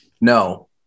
No